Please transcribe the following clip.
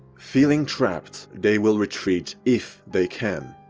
feeling trapped they will retreat, if they can.